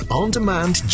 on-demand